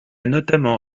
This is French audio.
notamment